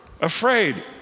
afraid